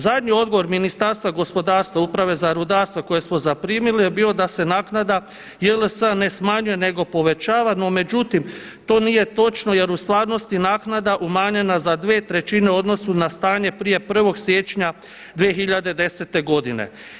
Zadnji odgovor Ministarstva gospodarstva, Uprave za rudarstvo koje smo zaprimili je bio da se naknada JLS-a ne smanjuje nego povećava no međutim to nije točno jer u stvarnosti naknada umanjena za 2/3 u odnosu na stanje prije 1. siječnja 2010. godine.